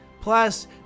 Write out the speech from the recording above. Plus